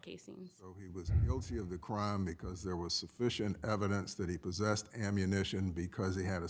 casing he was guilty of the crime because there was sufficient evidence that he possessed ammunition because he ha